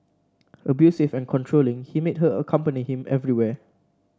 abusive and controlling he made her accompany him everywhere